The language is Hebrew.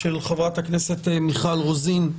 של חברת הכנסת מיכל רוזין,